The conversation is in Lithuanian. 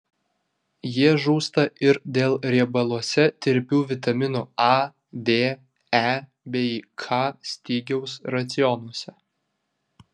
jie žūsta ir dėl riebaluose tirpių vitaminų a d e bei k stygiaus racionuose